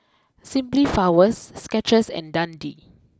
Simply Flowers Skechers and Dundee